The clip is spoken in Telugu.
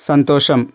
సంతోషం